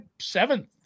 seventh